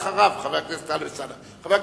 חבר הכנסת טלב אלסאנע, אתה אחריו.